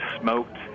smoked